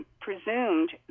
presumed